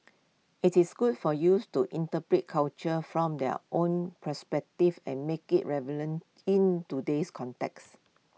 IT is good for youth to interpret culture from their own perspective and make IT in today's context